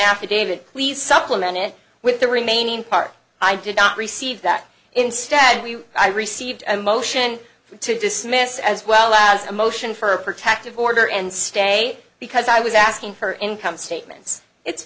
please supplement it with the remaining part i did not receive that instead we i received a motion to dismiss as well as a motion for protective order and stay because i was asking for income statements it's